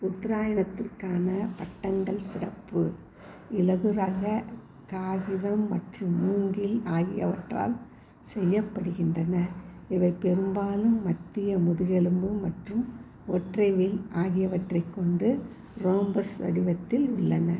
உத்தராயணத்திற்கான பட்டங்கள் சிறப்பு இலகுரக காகிதம் மற்றும் மூங்கில் ஆகியவற்றால் செய்யப்படுகின்றன இவை பெரும்பாலும் மத்திய முதுகெலும்பு மற்றும் ஒற்றை வில் ஆகியவற்றைக் கொண்டு ரோம்பஸ் வடிவத்தில் உள்ளன